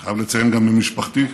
חייב לציין שגם במשפחתי,